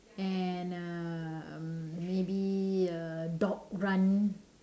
and uh maybe a dog run